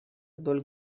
вдоль